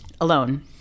alone